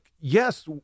yes